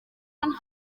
kandi